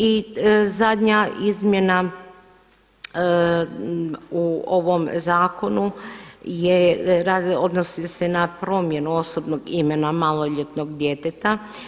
I zadnja izmjena u ovom zakonu odnosni se na promjenu osobnog imena maloljetnog djeteta.